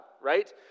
Right